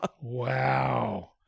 Wow